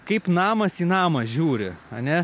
kaip namas į namą žiūri ane